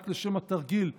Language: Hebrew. רק לשם התרגיל,